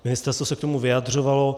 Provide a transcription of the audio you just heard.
Ministerstvo se k tomu vyjadřovalo.